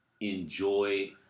enjoy